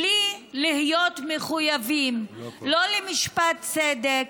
בלי להיות מחויבים לא למשפט צדק,